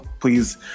please